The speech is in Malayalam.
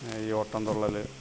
ഈ ഓട്ടംതുള്ളൽ